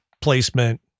placement